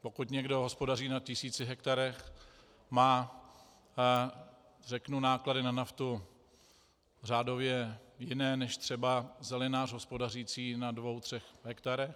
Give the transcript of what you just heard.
Pokud někdo hospodaří na tisíci hektarech, má náklady na naftu řádově jiné než třeba zelinář hospodařící na dvou třech hektarech.